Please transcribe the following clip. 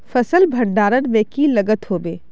फसल भण्डारण में की लगत होबे?